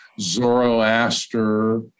Zoroaster